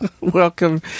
Welcome